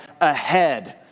ahead